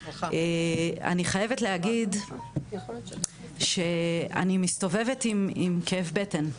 אני חייבת להגיד שאני מסתובבת עם כאב בטן,